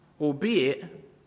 Albeit